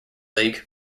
league